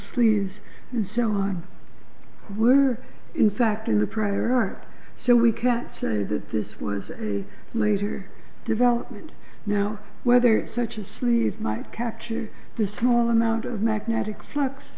sleaze and so on were in fact in the prior art so we can say that this was a later development now whether such a sleeve might capture the small amount of magnetic flux